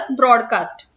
broadcast